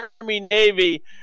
Army-Navy